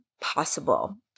possible